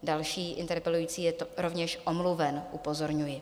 Další interpelující je rovněž omluven, upozorňuji.